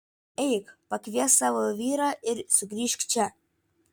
eik pakviesk savo vyrą ir sugrįžk čia